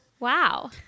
Wow